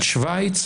על שוויץ,